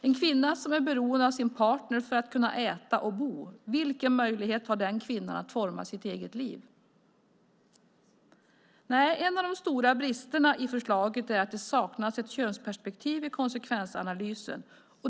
En kvinna som är beroende av sin partner för att äta och bo - vilken möjlighet har den kvinnan att forma sitt eget liv? En av de stora bristerna i förslaget är att det saknas ett könsperspektiv i konsekvensanalysen.